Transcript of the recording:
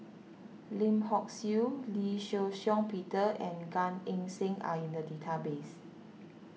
Lim Hock Siew Lee Shih Shiong Peter and Gan Eng Seng are in the database